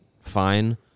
fine